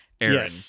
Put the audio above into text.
Aaron